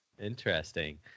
Interesting